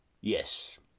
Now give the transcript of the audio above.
yes